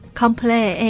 complain